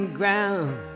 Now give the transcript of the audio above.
ground